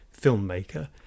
filmmaker